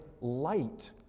light